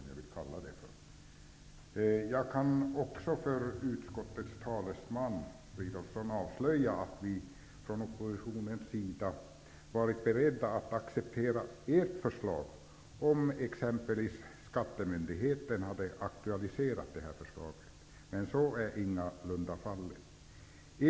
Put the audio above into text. Jag kan också för utskottets talesman Filip Fridolfsson avslöja att vi från oppositionens sida varit beredda att acceptera ert förslag om exempelvis skattemyndigheterna hade aktualiserat förslaget. Men så är ingalunda fallet.